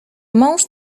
mąż